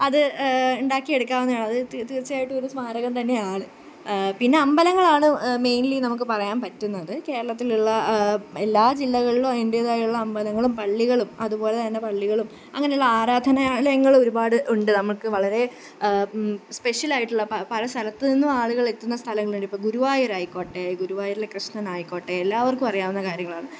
അത് ഉണ്ടാക്കി എടുക്കാവുന്നതാണ് അത് തീർച്ചയായിട്ടും ഒരു സ്മാരകം തന്നെ ആണ് പിന്നെ അമ്പലങ്ങളാണ് മെയിൻലി നമുക്ക് പറയാൻ പറ്റുന്നത് കേരളത്തിലുള്ള എല്ലാ ജില്ലകളിലും അതിൻ്റേതായുള്ള അമ്പലങ്ങളും പള്ളികളും അതുപോലെതന്നെ പള്ളികളും അങ്ങനെയുള്ള ആരാധനാലയങ്ങളും ഒരുപാട് ഉണ്ട് നമ്മൾക്ക് വളരേ സ്പെഷ്യലായിട്ടുള്ള പല പല സ്ഥലത്ത് നിന്നും ആളുകളെത്തുന്ന സ്ഥലങ്ങളുണ്ട് ഇപ്പോൾ ഗുരുവായൂരായിക്കോട്ടെ ഗുരുവായൂരിൽ കൃഷ്ണനായിക്കോട്ടെ എല്ലാവർക്കും അറിയാവുന്ന കാര്യങ്ങളാണ്